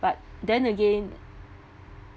but then again